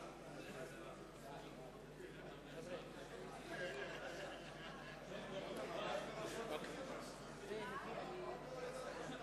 אדוני היושב-ראש, רבותי חברי הכנסת, רבותי השרים,